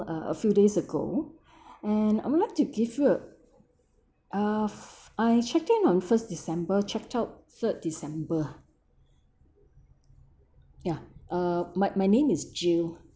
uh a few days ago and I would like to give you a uh I checked in on first december checked out third december ah ya uh my my name is jill